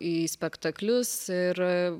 į spektaklius ir